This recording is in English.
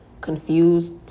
confused